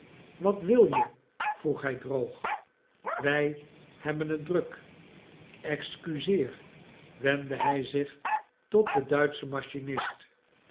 wat wil je vroeg hij droog wij hebben het druk excuseer wendde hij zich tot den duitschen machinist